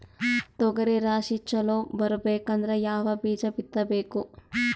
ತೊಗರಿ ರಾಶಿ ಚಲೋ ಬರಬೇಕಂದ್ರ ಯಾವ ಬೀಜ ಬಿತ್ತಬೇಕು?